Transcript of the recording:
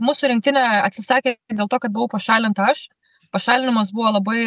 mūsų rinktinė atsisakė dėl to kad buvau pašalinta aš pašalinimas buvo labai